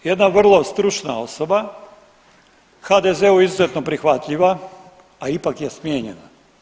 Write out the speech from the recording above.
Jedna vrlo stručna osoba, HDZ-u izuzetno prihvatljiva, a ipak je smijenjena.